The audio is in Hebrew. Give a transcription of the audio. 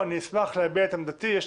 אנחנו